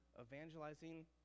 evangelizing